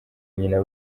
nyina